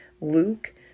Luke